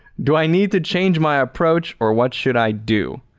do i need to change my approach or what should i do.